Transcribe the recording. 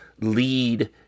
lead